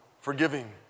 forgiving